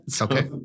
Okay